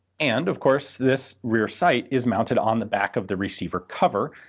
and, of course, this rear sight is mounted on the back of the receiver cover,